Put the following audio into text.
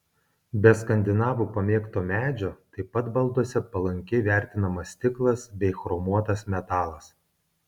be skandinavų pamėgto medžio taip pat balduose palankiai vertinamas stiklas bei chromuotas metalas